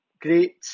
great